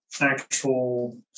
actual